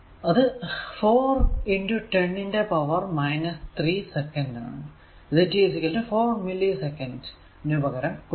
ഇത് t 4 millisecond നു പകരം കൊടുക്കുക